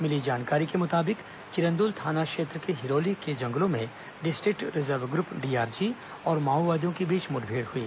मिली जानकारी के मुताबिक किरंद्ल थाना क्षेत्र के हिरोली के जंगलों में डिस्ट्रिक्ट रिजर्व ग्रप डीआरजी और माओवादियों के बीच मुठभेड़ हुई